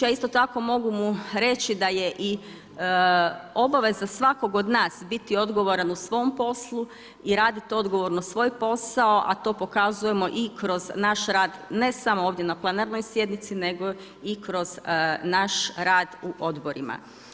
A isto tako mogu mu reći da je i obaveza svakog od nas biti odgovoran u svom poslu i raditi odgovorno svoj posao, a to pokazujemo i kroz naš rad ne samo ovdje na plenarnoj sjednici nego i kroz naš rad u odborima.